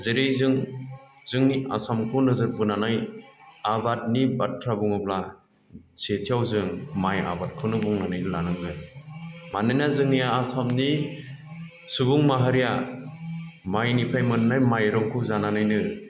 जेरै जों जोंनि आसामखौ नोजोर बोनानै आबादनि बाथ्रा बुङोब्ला सेथियाव जों माइ आबादखौनो बुंनानै लानांगोन मानोना जोंनि आसामनि सुबुं माहारिया माइनिफ्राय मोननाय माइरंखौ जानानैनो